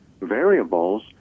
variables